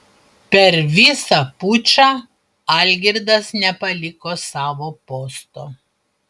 per visą pučą algirdas nepaliko savo posto